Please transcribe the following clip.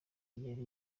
yari